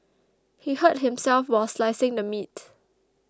he hurt himself while slicing the meat